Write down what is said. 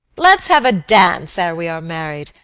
let's have a dance ere we are married,